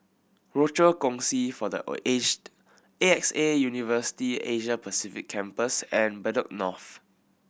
Rochor Kongsi for the Aged A X A University Asia Pacific Campus and Bedok North